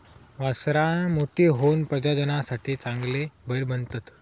वासरां मोठी होऊन प्रजननासाठी चांगले बैल बनतत